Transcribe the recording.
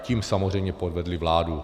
Tím samozřejmě podvedli vládu.